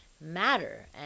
matter